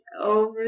over